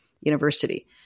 university